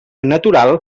natural